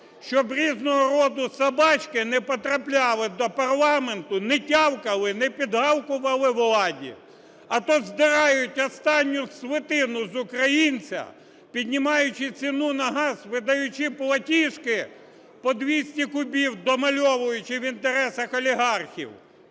щоб різного роду собачки не потрапляли до парламенту, не тявкали, не підгавкували владі. А то здирають останню свитину з українця, піднімаючи ціну на газ, видаючи платіжки, по 200 кубів домальовуючи в інтересах олігархів,